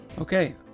Okay